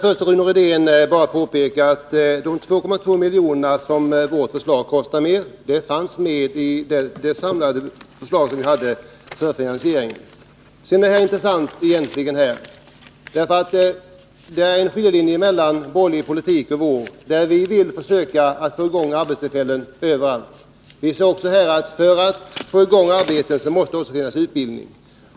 Herr talman! Det intressanta här är att det finns en skiljelinje mellan borgerlig politik och vår. Vi vill försöka få i gång arbetstillfällen överallt. För att få i gång arbeten måste det också finnas utbildning.